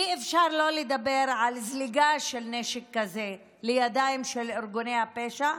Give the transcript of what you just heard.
אי-אפשר שלא לדבר על זליגה של נשק כזה לידיים של ארגוני הפשע.